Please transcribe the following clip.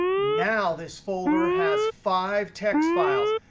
now this folder has five text files.